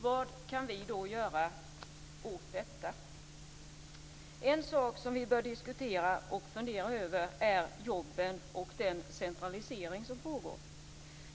Vad kan vi göra åt detta? En sak som vi bör diskutera och fundera över är jobben och den centralisering som pågår.